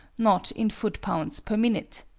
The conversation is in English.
not in foot-pounds per minute.